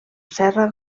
serra